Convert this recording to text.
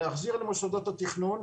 להחזיר למוסדות התכנון,